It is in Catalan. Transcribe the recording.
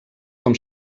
com